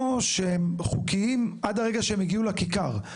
או שהם חוקיים עד הרגע שהם הגיעו לכיכר.